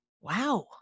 wow